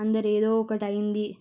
అందరు ఏదో ఒకటి అయింది